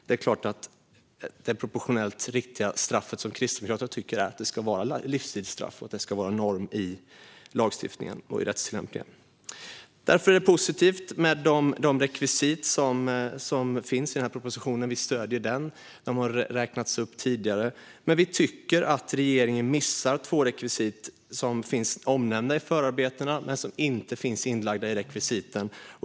Det är klart att Kristdemokraterna tycker att det proportionellt riktiga straffet är livstidsstraff och att detta ska vara norm i lagstiftningen och rättstillämpningen. Det är därför positivt med de rekvisit som finns i propositionen, som vi stöder. De har räknats upp tidigare. Vi tycker dock att regeringen missar två rekvisit som finns omnämnda i förarbetena men som inte finns inlagda.